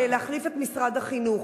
ולא להחליף את משרד החינוך,